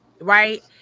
right